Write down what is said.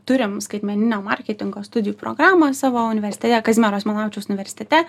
turim skaitmeninio marketingo studijų programą savo universitete kazimiero simonavičiaus universitete